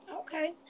okay